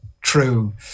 true